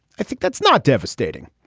i think that's not devastating.